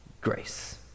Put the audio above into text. grace